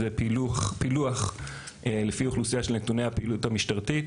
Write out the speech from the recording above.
זה פילוח לפי אוכלוסייה של נתוני הפעילות המשטרתית.